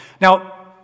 Now